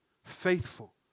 Faithful